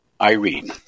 Irene